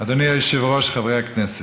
אדוני היושב-ראש, חברי הכנסת,